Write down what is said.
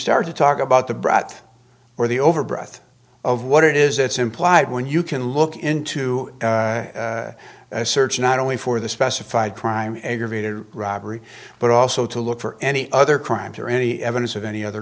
start to talk about the brought or the over breath of what it is it's implied when you can look into a search not only for the specified crime aggravated robbery but also to look for any other crimes or any evidence of any other